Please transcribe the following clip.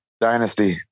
Dynasty